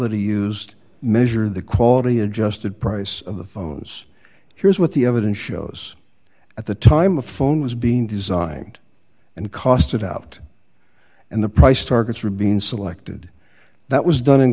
that he used measure the quality adjusted price of the phones here's what the evidence shows at the time a phone was being designed and cost it out and the price targets were being selected that was done in